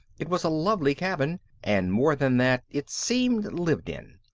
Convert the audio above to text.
it was a lovely cabin and, more than that, it seemed lived in.